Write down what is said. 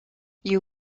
you